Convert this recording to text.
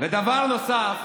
ודבר נוסף,